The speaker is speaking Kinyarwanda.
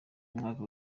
umwaka